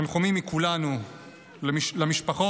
תנחומים מכולנו למשפחות